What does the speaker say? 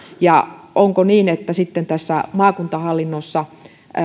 ja onko niin että sitten tässä maakuntahallinnossa